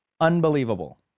Unbelievable